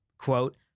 quote